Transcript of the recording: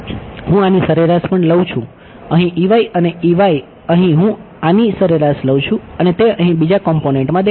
હું આની સરેરાશ પણ લઉં છું અહીં અને અહીં હું આની સરેરાશ લઉં છું અને તે અહીં બીજા કોમ્પોનેંટમાં દેખાશે